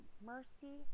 Mercy